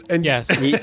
yes